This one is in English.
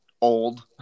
old